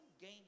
game